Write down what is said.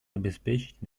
обеспечить